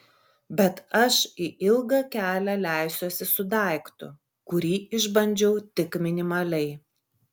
bet aš į ilgą kelią leisiuosi su daiktu kurį išbandžiau tik minimaliai